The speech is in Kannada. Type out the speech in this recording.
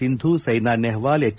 ಸಿಂಧು ಸೈನಾ ನೆಹ್ವಾಲ್ ಎಚ್